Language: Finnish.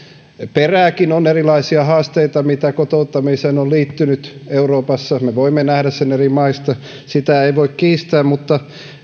perääkin on erilaisia haasteita mitä kotouttamiseen on liittynyt euroopassa me voimme nähdä sen eri maista sitä ei voi kiistää mutta